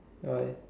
why